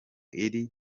iri